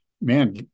man